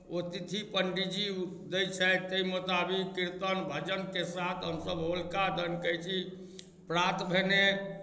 ओ तिथि पण्डिजी दै छथि ताहि मुताबिक कीर्तन भजनके साथ हमसब होलीका दहन करैत छी प्रात भेने